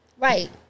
Right